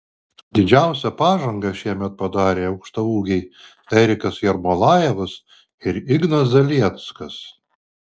didžiausią pažangą šiemet padarė aukštaūgiai erikas jermolajevas ir ignas zalieckas